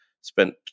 spent